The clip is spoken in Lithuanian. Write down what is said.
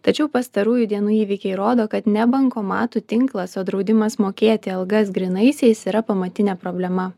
tačiau pastarųjų dienų įvykiai rodo kad ne bankomatų tinklas o draudimas mokėti algas grynaisiais yra pamatinė problema